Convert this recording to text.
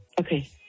Okay